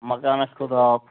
مکانَس کھوٚٹ آب